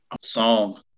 song